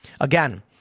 Again